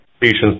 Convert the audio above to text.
patients